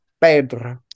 Pedro